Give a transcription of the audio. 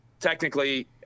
Technically